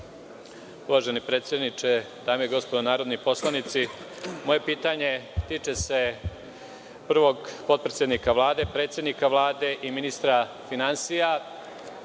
Uvaženi predsedniče, dame i gospodo narodni poslanici, moje pitanje se tiče prvog potpredsednika Vlade, predsednika Vlade i ministra finansija,